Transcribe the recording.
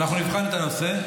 אנחנו נבחן את הנושא.